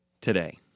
today